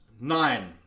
nine